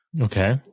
Okay